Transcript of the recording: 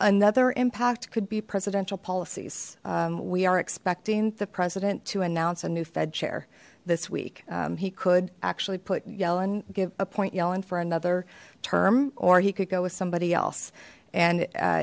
another impact could be presidential policies we are expecting the president to announce a new fed chair this week he could actually put yellen give a point yellen for another term or he could go with somebody else and